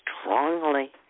strongly